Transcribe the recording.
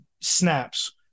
snaps